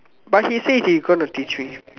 but he say he gonna teach you